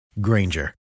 Granger